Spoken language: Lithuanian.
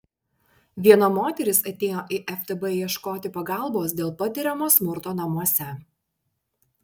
viena moteris atėjo į ftb ieškoti pagalbos dėl patiriamo smurto namuose